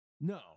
No